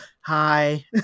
Hi